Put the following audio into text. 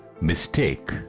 mistake